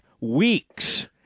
weeks